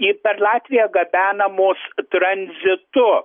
ie per latviją gabenamos tranzitu